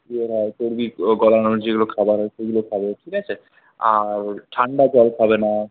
চর্বি গলানোর যে খাবার হয় সেইগুলো খাবে ঠিক আছে আর ঠাণ্ডা জল খাবে না